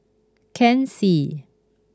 Ken Seet